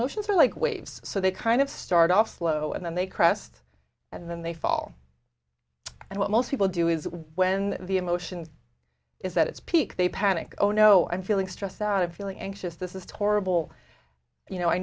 emotions are like waves so they kind of start off slow and then they crest and then they fall and what most people do is when the emotions is that it's peak they panic oh no i'm feeling stressed out of feeling anxious this is to horrible you know i